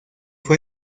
fue